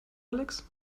alex